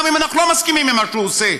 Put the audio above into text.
גם אם אנחנו לא מסכימים למה שהוא עושה,